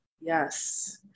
Yes